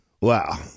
Wow